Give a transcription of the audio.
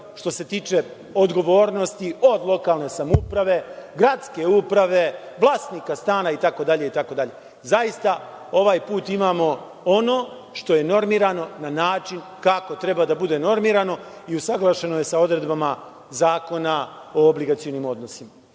što se tiče odgovornosti, od lokalne samouprave, gradske uprave, vlasnika stana itd, itd. Zaista, ovaj put imamo ono što je normirano na način kako treba da bude normirano i usaglašeno je sa odredbama Zakona o obligacionim odnosima. Ima